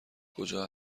کجا